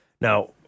Now